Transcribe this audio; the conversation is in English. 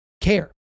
care